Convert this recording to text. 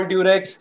Durex